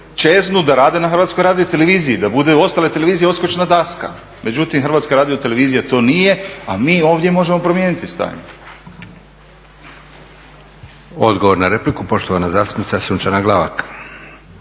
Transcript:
čeznu da rade na HRT-u, da budu ostale televizije odskočna daska. Međutim, Hrvatska radiotelevizija to nije, a mi ovdje možemo promijeniti stanje. **Leko, Josip (SDP)** Odgovor na repliku, poštovana zastupnica Sunčana Glavak.